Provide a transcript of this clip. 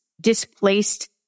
displaced